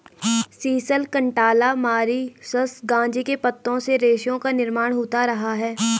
sisal, कंटाला, Mauritius गांजे के पत्तों से रेशों का निर्माण होता रहा है